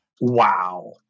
Wow